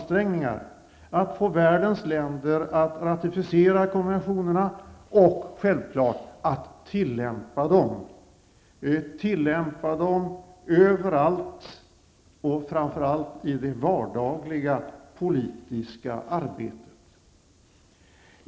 Det gäller således att få världens länder att ratificera konventionerna och, självfallet, att tillämpa dessa -- överallt, och framför allt i det vardagliga politiska arbetet.